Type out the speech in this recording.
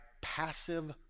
passive